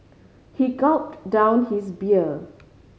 he gulped down his beer